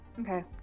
Okay